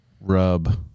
rub